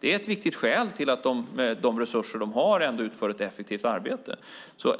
Det är ett viktigt skäl till att de med de resurser de har utför ett effektivt arbete.